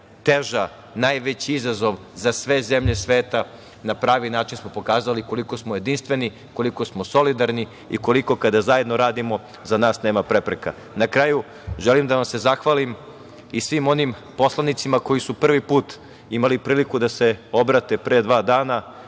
najteža, najveći izazov za sve zemlje sveta, na pravi način smo pokazali koliko smo jedinstveni, koliko smo solidarni i koliko kada zajedno radimo za nas nema prepreka. Na kraju, želim da vas se zahvalim i svim onim poslanicima koji su prvi put imali priliku da se obrate pre dva dana,